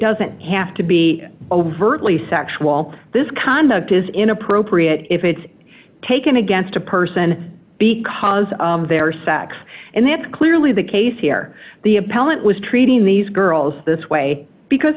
doesn't have to be overtly sexual this conduct is inappropriate if it's taken against a person because of their sex and that's clearly the case here the appellant was treating these girls this way because